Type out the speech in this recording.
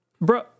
Bro